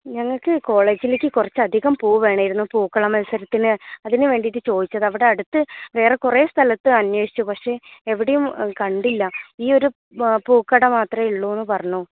ഞങ്ങൾക്ക് കോളേജിലേക്ക് കുറച്ചധികം പൂ വേണമായിരുന്നു പൂക്കളമത്സരത്തിന് അതിനുവേണ്ടിയിട്ട് ചോദിച്ചതാ ഇവിടെ അടുത്ത് വേറെ കുറെ സ്ഥലത്ത് അന്വേഷിച്ചു പക്ഷേ എവിടെയും കണ്ടില്ല ഈ ഒരു പൂക്കട മാത്രമേ ഉള്ളൂ എന്ന് പറഞ്ഞു